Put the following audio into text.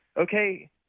Okay